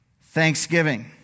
Thanksgiving